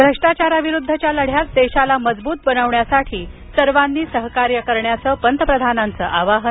भ्रष्टाचाराविरुद्धच्या लढ्यात देशाला मजबूत बनविण्यासाठी सर्वांनी सहकार्य करण्याचं पंतप्रधानांचं आवाहन